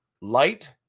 light